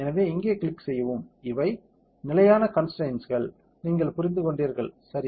எனவே இங்கே கிளிக் செய்யவும் இவை நிலையான கன்ஸ்டரைன்ஸ்கள் நீங்கள் புரிந்து கொண்டீர்கள் சரி